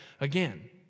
again